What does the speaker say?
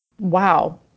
Wow